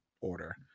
order